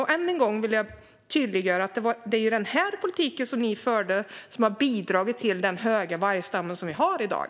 Och än en gång vill jag tydliggöra att det är den politik som ni förde som har bidragit till den stora vargstam som vi har i dag.